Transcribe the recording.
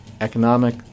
economic